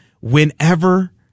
whenever